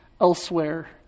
elsewhere